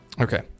Okay